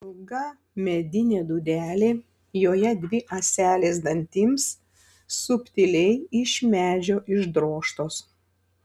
ilga medinė dūdelė joje dvi ąselės dantims subtiliai iš medžio išdrožtos